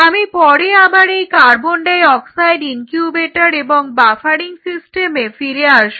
আমি পরে আবার এই কার্বন ডাই অক্সাইড ইনকিউবেটর এবং বাফারিং সিস্টেমে ফিরে আসব